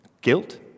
guilt